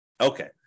Okay